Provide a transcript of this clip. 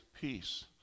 peace